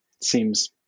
seems